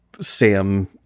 Sam